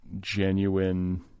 genuine